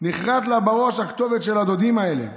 בראש הכתובת של הדודים האלה.